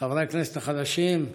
לחברי הכנסת החדשים,